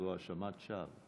זו האשמת שווא.